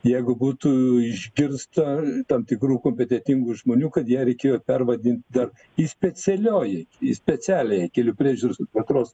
jeigu būtų išgirsta tam tikrų kompetentingų žmonių kad ją reikėjo pervadint dar į specialioji į specialiąją kelių priežiūros ir plėtros